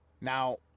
Now